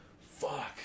Fuck